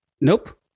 nope